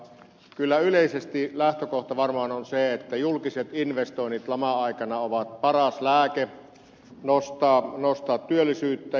kyllä yleisesti lähtökohta varmaan on se että julkiset investoinnit laman aikana ovat paras lääke nostaa työllisyyttä